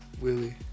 Willie